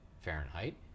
Fahrenheit